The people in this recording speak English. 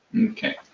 Okay